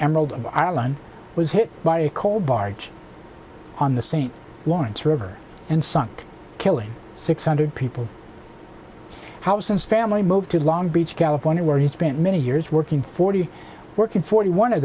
emerald island was hit by a coal barge on the st lawrence river and sunk killing six hundred people house and family moved to long beach california where he spent many years working forty working forty one of